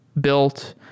built